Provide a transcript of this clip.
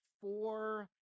four